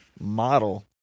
model